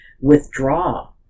withdraw